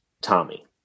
Tommy